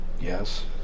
Yes